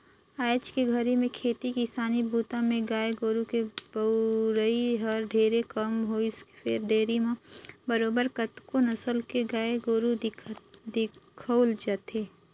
आयज के घरी में खेती किसानी बूता में गाय गोरु के बउरई हर ढेरे कम होइसे फेर डेयरी म बरोबर कतको नसल के गाय गोरु दिखउल देथे